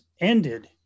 ended